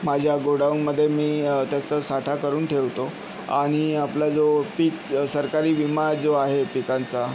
माझ्या गोडाऊनमध्ये मी त्याचा साठा करून ठेवतो आणि आपला जो पीक सरकारी विमा जो आहे पिकांचा